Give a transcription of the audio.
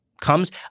Comes